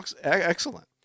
excellent